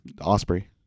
Osprey